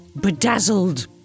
Bedazzled